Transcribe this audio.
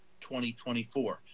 2024